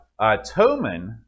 Toman